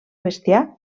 bestiar